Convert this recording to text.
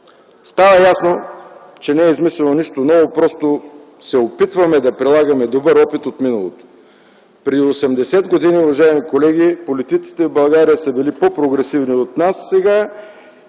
Става ясно, че не е измислено нищо ново, просто се опитваме да прилагаме добър опит от миналото. Уважаеми колеги, преди 80 години политиците в България са били по-прогресивни от нас сега,